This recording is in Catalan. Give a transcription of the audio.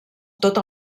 tot